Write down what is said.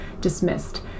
dismissed